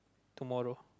tomorrow